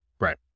right